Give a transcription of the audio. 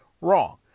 wrong